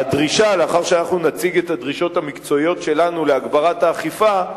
לאחר שאנחנו נציג את הדרישות המקצועיות שלנו להגברת האכיפה,